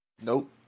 Nope